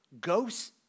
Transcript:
Ghosts